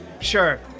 Sure